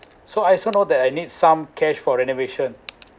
so I also know that I need some cash for renovation